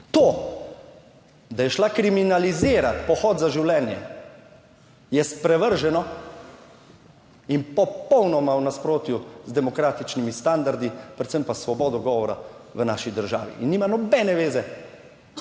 To, da je šla kriminalizirat Pohod za življenje, je sprevrženo in popolnoma v nasprotju z demokratičnimi standardi, predvsem pa s svobodo govora v naši državi. In nima nobene zveze